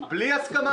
אבל בלי הסכמה,